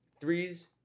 threes